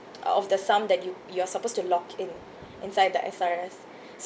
of the sum that you you're supposed to lock in inside the S_R_S